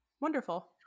wonderful